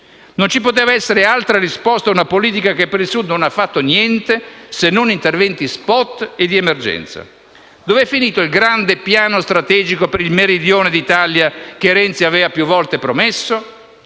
Non ci poteva essere altra risposta ad una politica che per il Sud non ha fatto niente, se non interventi *spot* e di emergenza. Dove è finito il grande piano strategico per il meridione d'Italia che Renzi aveva più volte promesso?